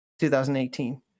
2018